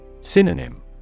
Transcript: Synonym